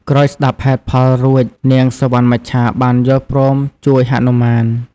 ក្រោយស្តាប់ហេតុផលរួច នាងសុវណ្ណមច្ឆាបានយល់ព្រមជួយហនុមាន។